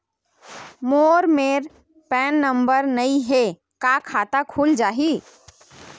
मोर मेर PAN number नई हे का खाता खुल जाही?